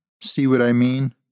see-what-I-mean